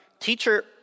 Teacher